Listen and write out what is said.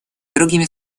другими